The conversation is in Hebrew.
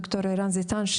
ד"ר ערן זיתן,